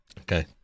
Okay